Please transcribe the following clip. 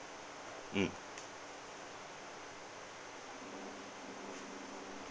mm